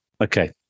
Okay